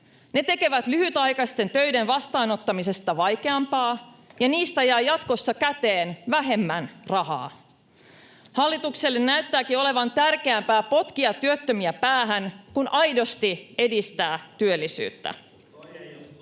ne tekevät lyhytaikaisten töiden vastaanottamisesta vaikeampaa, ja niistä jää jatkossa käteen vähemmän rahaa. Hallitukselle näyttääkin olevan tärkeämpää potkia työttömiä päähän kuin aidosti edistää työllisyyttä.